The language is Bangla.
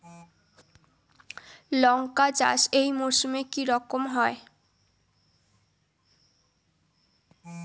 লঙ্কা চাষ এই মরসুমে কি রকম হয়?